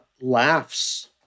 laughs